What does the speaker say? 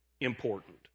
important